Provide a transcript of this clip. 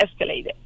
escalated